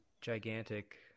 gigantic